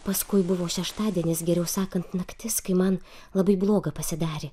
paskui buvo šeštadienis geriau sakant naktis kai man labai bloga pasidarė